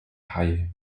haie